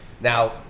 Now